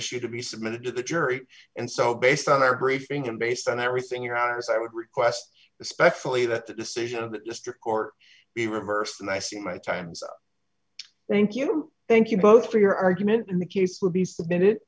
issue to be submitted to the jury and so based on our briefing and based on everything you house i would request respectfully that the decision of the district court be reversed and i see many times thank you thank you both for your argument in the case will be submitted